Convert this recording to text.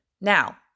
Now